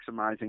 maximizing